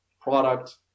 product